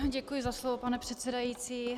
Děkuji za slovo, pane předsedající.